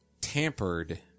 tampered